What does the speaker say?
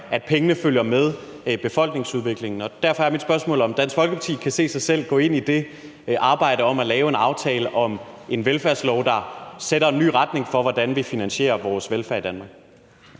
at pengene følger med befolkningsudviklingen. Og derfor er mit spørgsmål, om Dansk Folkeparti kan se sig selv gå ind i det arbejde, der handler om at lave en aftale om en velfærdslov, der sætter en ny retning for, hvordan vi finansierer vores velfærd i Danmark.